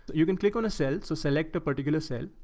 you can click on a cell, so select a particular cell,